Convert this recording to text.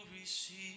receive